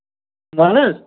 وَن حظ